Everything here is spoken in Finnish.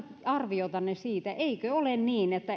arviotanne siitä eikö ole niin että